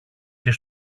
και